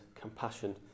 compassion